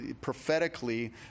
prophetically